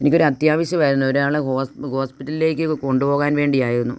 എനിക്കൊരത്യാവശ്യമായിരുന്നു ഒരാളെ ഹോസ്പിടിലിൽ ഹോസ്പിറ്റലിലേക്ക് കൊണ്ട് പോകാൻ വേണ്ടി ആയിരുന്നു